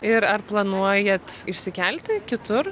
ir ar planuojat išsikelti kitur